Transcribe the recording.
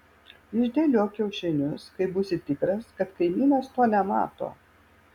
išdėliok kiaušinius kai būsi tikras kad kaimynas to nemato